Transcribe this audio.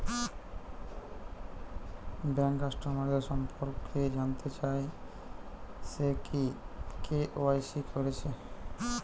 bank কাস্টমারদের সম্পর্কে জানতে চাই সে কি কে.ওয়াই.সি কোরেছে